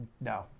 no